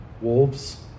Wolves